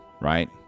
right